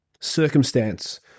circumstance